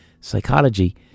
...psychology